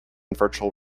virtual